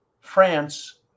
France